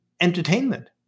entertainment